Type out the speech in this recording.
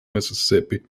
mississippi